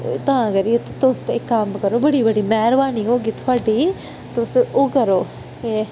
तां करियै इत्थे तुस इक कम करो बड़ी मेहरबानी होगी थोहाडी तुस ओह् करो के